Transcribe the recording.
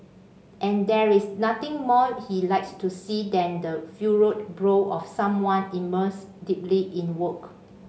and there is nothing more he likes to see than the furrowed brow of someone immersed deeply in work